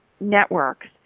networks